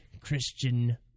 Christian